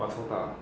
!wah! chao ta